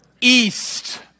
East